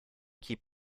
keep